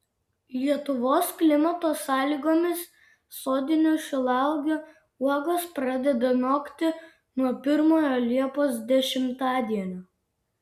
lietuvos klimato sąlygomis sodinių šilauogių uogos pradeda nokti nuo pirmojo liepos dešimtadienio